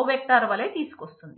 వలే తీసుకొస్తుంది